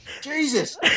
Jesus